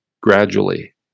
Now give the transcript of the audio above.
gradually